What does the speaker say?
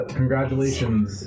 congratulations